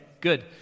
good